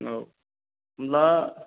औ होमब्ला